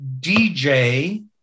dj